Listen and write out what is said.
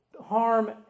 Harm